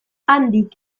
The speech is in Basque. handik